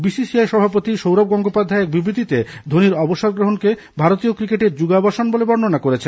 BCCI সভাপতি সৌরভ গঙ্গোপাধ্যায় এক বিবৃতিতে ধোনির অবসর গ্রহণকে ভারীতয় ক্রিকেটের যুগাবসান বলে বর্ণনা করেছেন